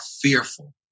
fearful